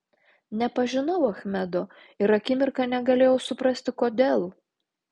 nepažinau achmedo ir akimirką negalėjau suprasti kodėl